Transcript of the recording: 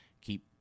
keep